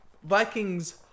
Vikings